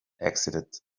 exited